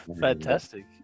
fantastic